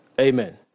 Amen